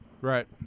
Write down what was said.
Right